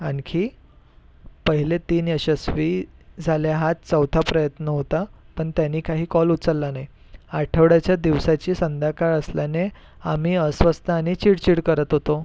आणखी पहिले तीन यशस्वी झाले हा चौथा प्रयत्न होता पण त्याने काही कॉल उचलला नाही आठवड्याच्या दिवसाची संध्याकाळ असल्याने आम्ही अस्वस्थ आणि चिडचिड करत होतो